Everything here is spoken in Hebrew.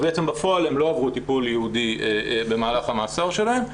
בעצם בפועל הם לא עברו טיפול ייעודי במהלך המאסר שלהם.